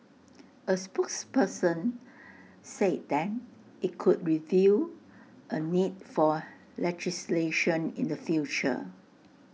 A spokesperson say then IT could review A need for legislation in the future